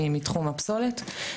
מתחום הפסולת.